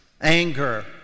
anger